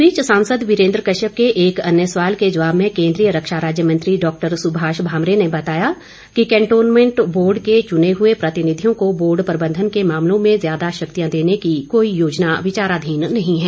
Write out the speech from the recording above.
इस बीच सांसद वीरेन्द्र कश्यप के एक अन्य सवाल के जवाब में केन्द्रीय रक्षा राज्य मंत्री डॉक्टर सुभाष भामरे ने बताया कि कैंटोनमेंट बोर्ड के चुने हुए प्रतिनिधियों को बोर्ड प्रबंधन के मामलों में ज्यादा शक्तियां देने की कोई योजना विचाराधीन नही है